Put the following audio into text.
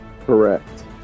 Correct